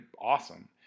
awesome